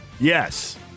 Yes